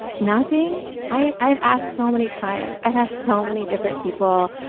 nothing i i have asked so many times. i have so many different people.